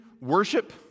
worship